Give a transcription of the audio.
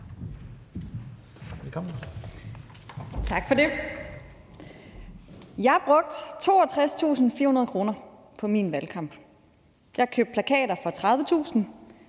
har brugt 62.400 kr. på min valgkamp. Jeg købte plakater for 30.000 kr.,